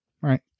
right